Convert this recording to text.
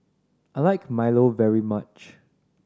I like milo very much